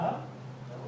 בגדול